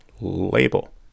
label